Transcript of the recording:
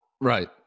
Right